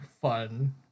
fun